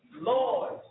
Lord